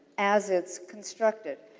as it's constructed.